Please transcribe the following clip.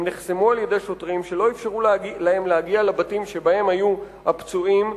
הם נחסמו על-ידי שוטרים שלא אפשרו להם להגיע לבתים שבהם היו הפצועים,